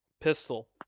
pistol